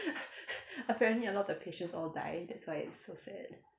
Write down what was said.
apparently a lot of the patients all die that's why it's so sad